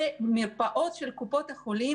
ומרפאות של קופות החולים